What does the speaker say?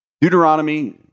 Deuteronomy